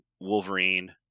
Wolverine